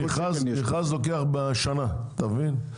מכרז לוקח בערך שנה, אתה מבין?